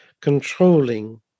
controlling